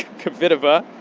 kvitova.